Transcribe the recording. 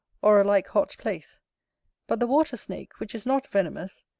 or a like hot place but the water-snake, which is not venomous,